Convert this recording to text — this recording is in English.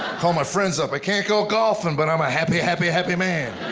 call my friends up, i can't go golfing, but i'm a happy, happy, happy man.